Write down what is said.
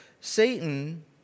Satan